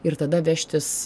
ir tada vežtis